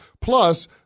Plus